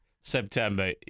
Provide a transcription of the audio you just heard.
September